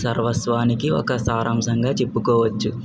సర్వస్వానికి ఒక సారాంశంగా చెప్పుకోవచ్చు